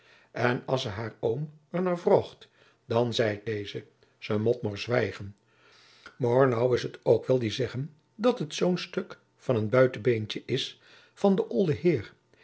en as ze haar oom er naar vroâgt dan zeit deze ze mot moâr zwijgen maor noû is er ook wel die zeggen dat het zoo'n stuk van een buitebeentje is van den olden heer